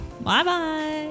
Bye-bye